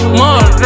more